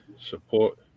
support